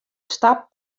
stap